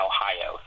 Ohio